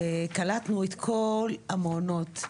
קלטנו את כל המעונות,